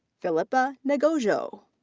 philippa ngaju.